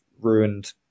ruined